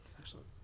Excellent